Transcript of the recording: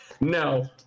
no